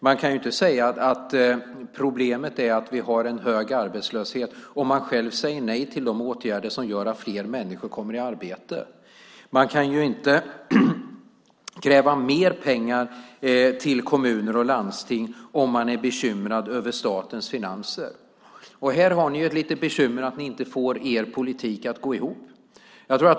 Man kan inte säga att problemet är att vi har en hög arbetslöshet om man själv säger nej till de åtgärder som gör att fler människor kommer i arbete. Man kan inte kräva mer pengar till kommuner och landsting om man är bekymrad över statens finanser. Här har ni ett litet bekymmer. Ni får inte er politik att gå ihop.